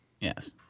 Yes